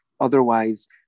Otherwise